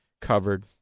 covered